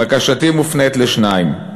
בקשתי מופנית לשניים,